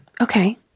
okay